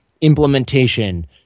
implementation